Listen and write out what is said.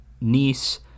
niece